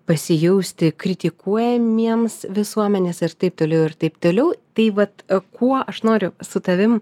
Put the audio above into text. pasijausti kritikuojamiems visuomenės ir taip toliau ir taip toliau tai vat kuo aš noriu su tavim